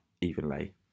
evenly